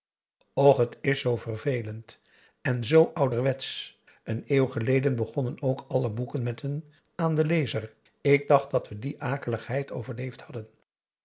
och het is zoo vervelend en zoo ouderwetsch een eeuw geleden begonnen ook alle boeken met aan den lezer ik dacht dat we die akeligheid overleefd hadden